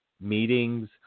meetings